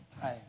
time